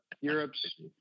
europe's